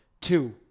Two